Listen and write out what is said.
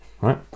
Right